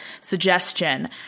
suggestion